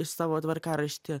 iš savo tvarkaraštį